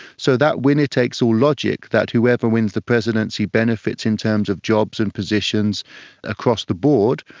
so that winner-takes-all logic, that whoever wins the presidency benefits in terms of jobs and positions across the board,